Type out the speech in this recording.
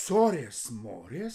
sorės morės